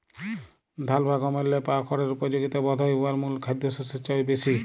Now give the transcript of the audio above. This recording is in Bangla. ধাল বা গমেল্লে পাওয়া খড়ের উপযগিতা বধহয় উয়ার মূল খাদ্যশস্যের চাঁয়েও বেশি